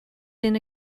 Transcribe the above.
been